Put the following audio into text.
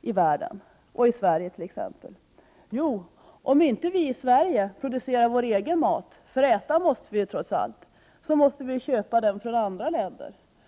i världen och i Sverige. Jo, om inte vi i Sverige producerar vår egen mat — för äta måste vi trots allt — så måste vi köpa den från andra länder.